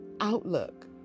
outlook